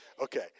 Okay